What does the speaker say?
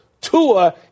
Tua